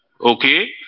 okay